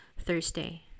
Thursday